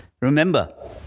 Remember